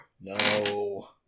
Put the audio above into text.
No